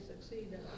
succeed